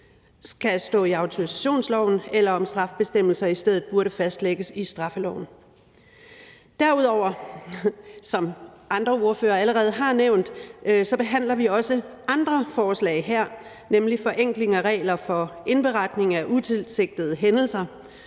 skal stå i autorisationsloven, eller om straffebestemmelser i stedet burde fastlægges i straffeloven. Derudover, som andre ordførere allerede har nævnt, behandler vi også andre forslag her, nemlig forenkling af regler for indberetning af utilsigtede hændelser.